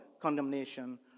condemnation